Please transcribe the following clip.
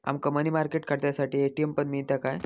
आमका money market खात्यासाठी ATM पण मिळता काय?